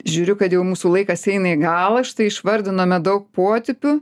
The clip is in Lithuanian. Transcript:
žiūriu kad jau mūsų laikas eina į galą štai išvardinome daug potipių